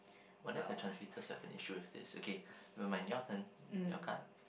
wonder if the translators will have an issue with this okay never mind your turn your card